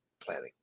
planning